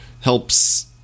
helps